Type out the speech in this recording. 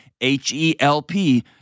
H-E-L-P